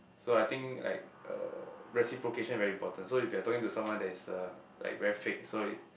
so I think like uh reciprocation very important so if you talking to someone that is uh like very fake so it